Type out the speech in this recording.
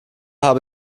habe